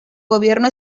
gobierno